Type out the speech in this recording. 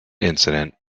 incident